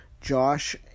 josh